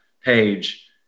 page